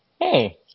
Hey